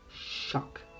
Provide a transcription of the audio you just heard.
shock